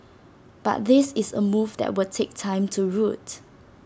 but this is A move that will take time to root